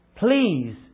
Please